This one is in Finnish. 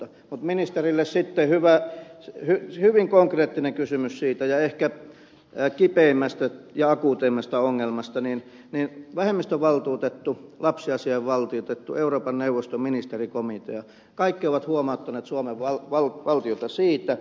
mutta ministerille sitten hyvin konkreettinen kysymys siitä ehkä kipeimmästä ja akuuteimmasta ongelmasta vähemmistövaltuutettu lapsiasiainvaltuutettu euroopan neuvoston ministerikomitea ovat kaikki huomauttaneet suomen valtiota siitä